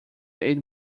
ate